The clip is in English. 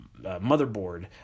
Motherboard